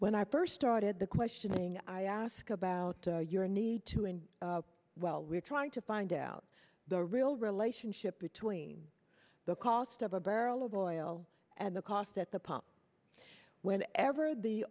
when i first started the questioning i ask about your need to and while we're trying to find out the real relationship between the cost of a barrel of oil and the cost at the pump when ever the